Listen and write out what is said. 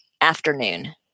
afternoon